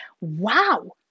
wow